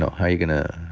how are you going to